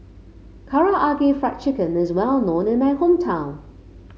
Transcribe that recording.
Karaage Fried Chicken is well known in my hometown